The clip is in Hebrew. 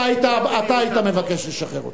אתה היית מבקש לשחרר אותה.